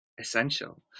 essential